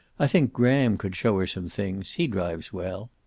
i think graham could show her some things. he drives well.